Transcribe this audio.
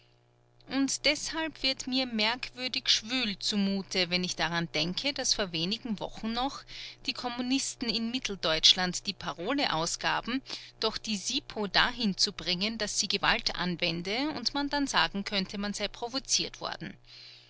und deshalb wird mir merkwürdig schwül zumute wenn ich daran denke daß vor wenigen wochen noch die kommunisten in mitteldeutschland die parole ausgaben doch die sipo dahin zu bringen daß sie gewalt anwende und man dann sagen könnte man sei provoziert worden